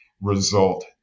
result